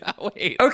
Okay